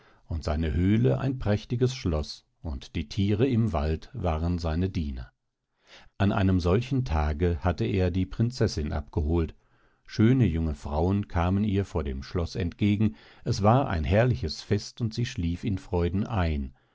und seine höhle ein prächtiges schloß und die thiere im wald waren seine diener an einem solchen tage hatte er die prinzessin abgeholt schöne junge frauen kamen ihr vor dem schloß entgegen es war ein herrliches fest und sie schlief in freuden ein